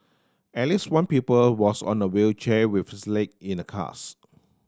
at least one pupil was on a wheelchair with his leg in a cast